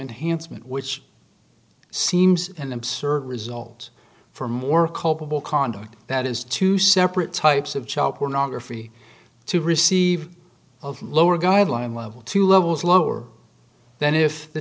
handsome which seems an absurd result for more culpable conduct that is to separate types of child pornography to receive of lower guideline level two levels lower than if the